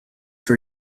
for